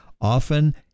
often